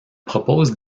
propose